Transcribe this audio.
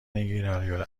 ایرانی